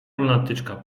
lunatyczka